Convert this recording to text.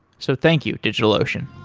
so thank you, digitalocean